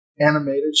animated